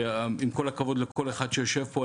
ועם כל הכבוד לכל אחד שיושב פה,